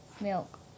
milk